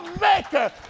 maker